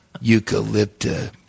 eucalyptus